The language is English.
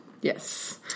Yes